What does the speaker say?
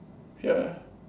ya